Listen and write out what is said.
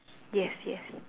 yes yes